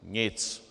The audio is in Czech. Nic.